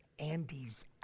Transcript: Andy's